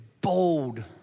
bold